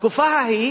בתקופה ההיא